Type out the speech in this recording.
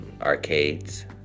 arcades